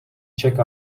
чек